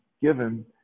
given